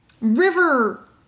river